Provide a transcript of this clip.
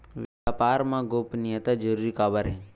व्यापार मा गोपनीयता जरूरी काबर हे?